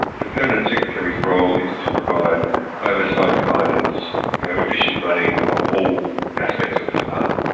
the permanent secretary's role is to provide oversight, guidance, you know efficient running of all aspects of the department.